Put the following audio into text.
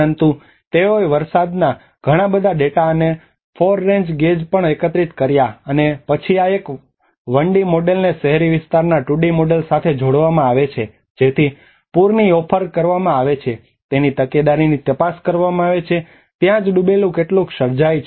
પરંતુ તેઓએ વરસાદના ઘણા બધા ડેટા અને 4 રેન્જ ગેજ પણ એકત્રિત કર્યા અને પછી આ 1 ડી મોડેલને શહેરી વિસ્તારના 2D મોડેલ સાથે જોડવામાં આવે છે જેથી પૂરની ઓફર કરવામાં આવે છે તેની તકેદારીની તપાસ કરવામાં આવે છે ત્યાં જ ડૂબેલું કેટલું સર્જાય છે